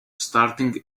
starting